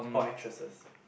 or actresses